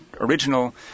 original